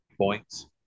points